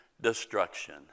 destruction